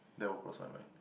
that will cross my mind